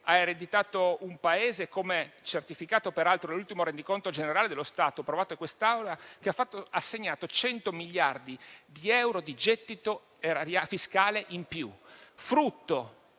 ha ereditato, come certificato peraltro dall'ultimo Rendiconto generale dello Stato approvato da quest'Aula, un Paese che ha segnato 100 miliardi di euro di gettito fiscale in più, frutto,